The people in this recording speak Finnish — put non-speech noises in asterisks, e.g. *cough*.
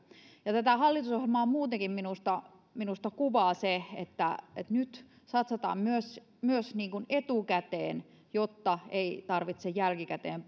tätä hallitusohjelmaa muutenkin minusta minusta kuvaa se että nyt satsataan myös myös etukäteen jotta ei tarvitse jälkikäteen *unintelligible*